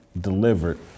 delivered